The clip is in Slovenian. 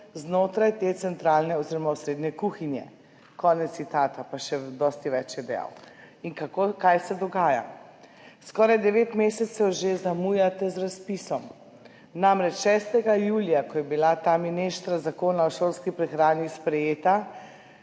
znotraj te centralne oziroma osrednje kuhinje.« Konec citata. Pa še dosti več je dejal. In kaj se dogaja? Skoraj devet mesecev že zamujate z razpisom, namreč 6. julija, ko je bila ta mineštra zakona o šolski prehrani sprejeta,